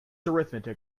arithmetic